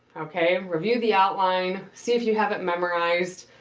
okay. review the outline. see if you have it memorized.